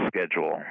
schedule